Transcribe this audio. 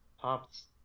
pops